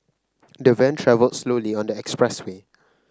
the van travelled slowly on the expressway